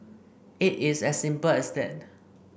it is as simple as that